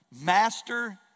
master